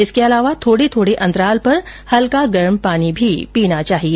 इसके अलावा थोडे थोड़े अंतराल पर हल्का गर्म पानी भी पीना चाहिए